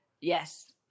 yes